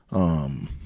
um,